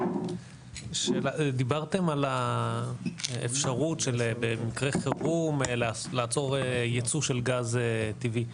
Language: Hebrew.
דיברתם על האפשרות במקרה חירום לעצור ייצוא של גז טבעי.